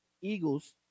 Eagles